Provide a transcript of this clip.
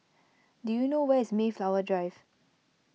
do you know where is Mayflower Drive